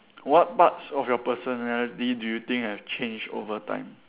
what parts of your personality do you think have changed overtime